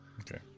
Okay